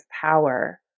power